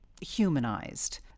humanized